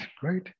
great